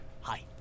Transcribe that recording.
Hi